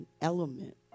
element